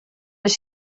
les